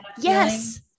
Yes